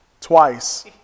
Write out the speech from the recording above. twice